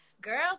Girl